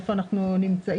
איפה אנחנו נמצאים,